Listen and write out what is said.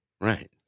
right